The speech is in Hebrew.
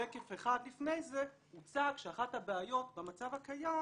שקף אחד לפני זה הוצג שאחת הבעיות במצב הקיים